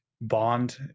bond